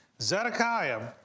Zedekiah